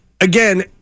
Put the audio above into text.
again